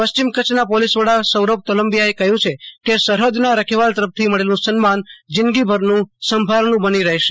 પશ્ચિમ કચ્છ ના પોલીસ વડા સૌરભ તોલમ્બિયા એ કહ્યું છે કે સરહદ ના રખેવાળ તરફ થી મળેલું સન્માન જિંદગી બહાર નું સંભારણું બની રહ્યું છે